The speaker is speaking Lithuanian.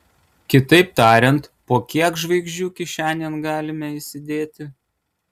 kitaip tariant po kiek žvaigždžių kišenėn galime įsidėti